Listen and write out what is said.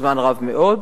זמן רב מאוד,